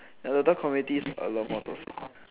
the DOTA communities a lot more toxic